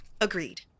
Agreed